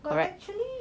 but actually